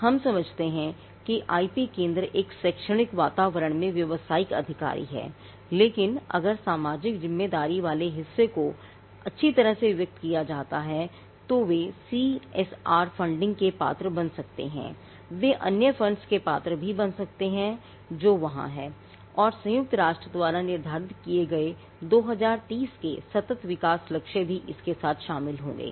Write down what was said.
हम समझते हैं कि आईपी केंद्र एक शैक्षणिक वातावरण में व्यवसाय अधिकारी हैं लेकिन अगर सामाजिक जिम्मेदारी वाले हिस्से को अच्छी तरह से व्यक्त किया जाता है तो वे सीएसआर फंडिंग के लिए पात्र बन सकते हैं वे अन्य फ़ंड्ज़ के लिए भी पात्र बन सकते हैं जो वहां हैं और संयुक्त राष्ट्र द्वारा निर्धारित किए गए 2030 के सतत विकास लक्ष्य भी इनके साथ शामिल होंगे